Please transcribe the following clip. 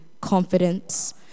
confidence